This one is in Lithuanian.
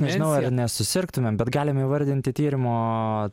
nežinau ar nesusirgtumėm bet galim įvardinti tyrimo